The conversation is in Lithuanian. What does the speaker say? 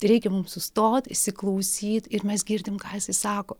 reikia mums sustot įsiklausyt ir mes girdim ką jisai sako